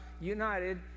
united